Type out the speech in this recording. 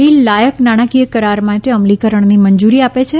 bill લાયક નાણાકીય કરાર માટે અમલીકરણની મંજૂરી આપે છે